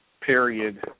period